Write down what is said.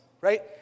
right